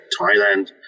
thailand